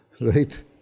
right